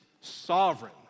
sovereign